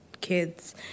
kids